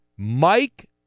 Mike